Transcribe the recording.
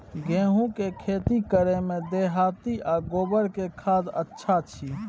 गेहूं के खेती करे में देहाती आ गोबर के खाद अच्छा छी?